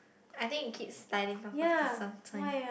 I think in kids styling after some time